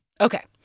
Okay